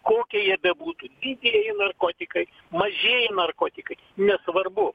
kokie jie bebūtų didieji narkotikai mažieji narkotikai nesvarbu